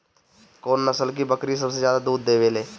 कौन नस्ल की बकरी सबसे ज्यादा दूध देवेले?